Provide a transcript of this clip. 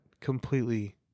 completely